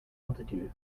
altitude